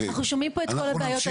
אנחנו שומעים פה את כל הבעיות,